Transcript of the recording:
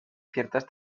ciertas